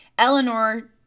Eleanor